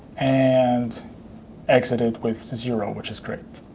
and exited with zero, which is correct.